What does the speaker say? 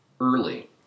Early